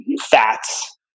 fats